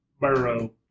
Burrow